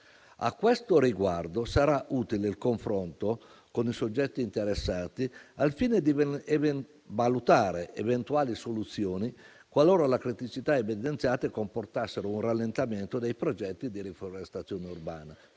A questo riguardo sarà utile il confronto con i soggetti interessati, al fine di valutare eventuali soluzioni qualora le criticità evidenziate comportassero un rallentamento dei progetti di riforestazione urbana.